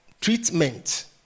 treatment